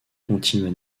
continua